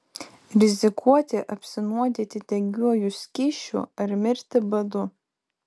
rizikuoti apsinuodyti degiuoju skysčiu ar mirti badu